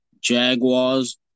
Jaguars